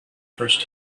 first